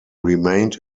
remained